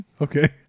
Okay